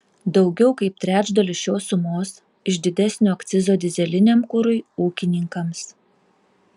daugiau kaip trečdalis šios sumos iš didesnio akcizo dyzeliniam kurui ūkininkams